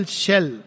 shell